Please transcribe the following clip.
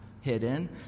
hidden